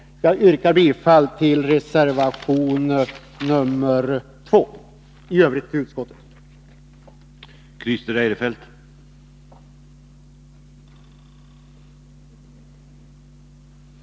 Jag yrkar bifall till reservation 2 och i övrigt till utskottets hemställan.